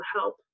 help